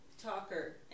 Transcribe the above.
talker